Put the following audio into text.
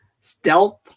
stealth